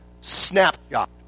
snapshot